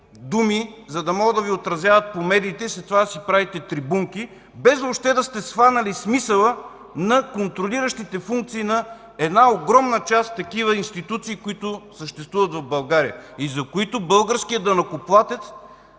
за да могат да Ви отразяват по медиите, след това да си правите трибунки, без въобще да сте схванали смисъла на контролиращите функции на една огромна част такива институции, които съществуват в България и за които българският данъкоплатец,